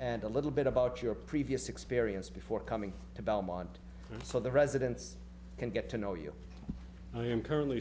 and a little bit about your previous experience before coming to belmont so the residents can get to know you and i am currently